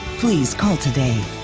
please call today.